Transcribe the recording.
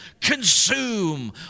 consume